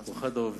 הוא אחד העובדים,